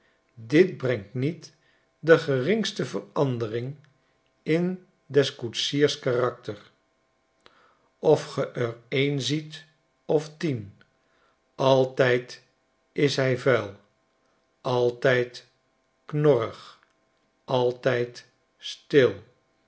dit brengt niet de geringste verandering in des koetsiers karakter of ge r een ziet of tien altijd is hij vuil altijd knorrig altijd stil